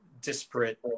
disparate